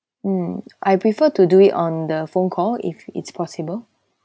mm I prefer to do it on the phone call if it's possible